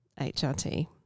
hrt